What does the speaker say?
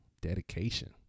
dedication